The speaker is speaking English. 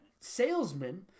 salesmen